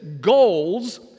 goals